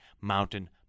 mountain